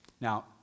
Now